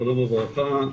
שלום וברכה,